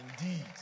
indeed